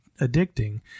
addicting